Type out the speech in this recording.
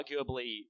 arguably